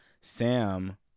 Sam